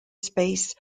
space